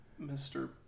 Mr